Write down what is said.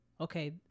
okay